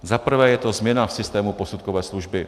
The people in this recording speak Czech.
Zaprvé je to změna v systému posudkové služby.